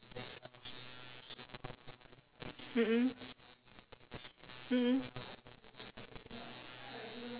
mm mm mm mm